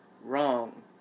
wrong